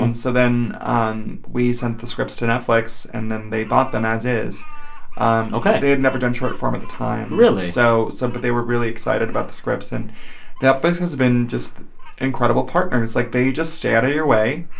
um so then we sent the scripts to netflix, and then they bought them as is um ok they had never done short form at the time really? so so but they were really excited about the scripts. and netflix has been just incredible partners. like, they just stay out of your way.